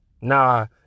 Nah